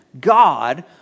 God